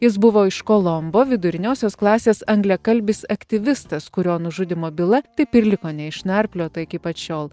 jis buvo iš kolombo viduriniosios klasės angliakalbis aktyvistas kurio nužudymo byla taip ir liko neišnarpliota iki pat šiol